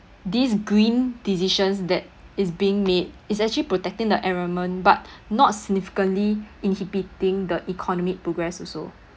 this green decisions that is being made is actually protecting the environment but not significantly inhibiting the economic progress also